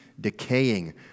decaying